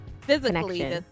physically